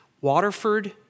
Waterford